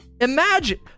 imagine